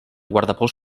guardapols